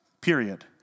Period